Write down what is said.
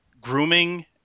grooming